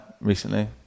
recently